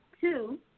two